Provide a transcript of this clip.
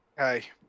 Okay